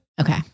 Okay